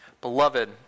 Beloved